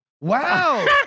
wow